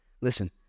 Listen